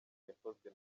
yakozwe